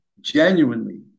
genuinely